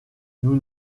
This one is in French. nous